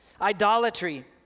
Idolatry